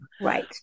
Right